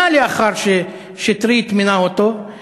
שנה לאחר ששטרית מינה אותו,